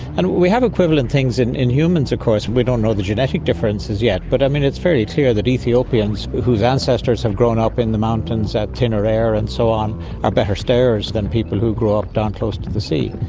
and we have equivalent things in in humans of course. we don't know the genetic differences yet, but um it's very clear that ethiopians whose ancestors have grown up in the mountains at tenere and so on are better stayers than people who grew up down close to the sea.